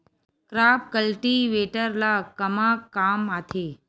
Crop cultivator ला कमा काम आथे?